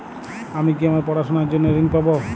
আমি কি আমার পড়াশোনার জন্য ঋণ পাব?